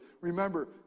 remember